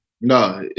No